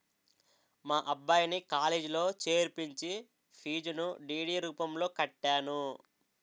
మా అబ్బాయిని కాలేజీలో చేర్పించి ఫీజును డి.డి రూపంలో కట్టాను